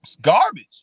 garbage